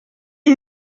est